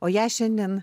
o ją šiandien